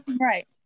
right